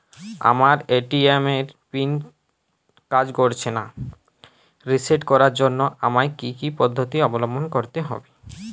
আমার এ.টি.এম এর পিন কাজ করছে না রিসেট করার জন্য আমায় কী কী পদ্ধতি অবলম্বন করতে হবে?